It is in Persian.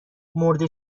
مرده